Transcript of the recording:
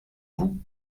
vous